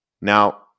Now